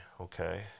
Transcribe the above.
Okay